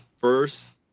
first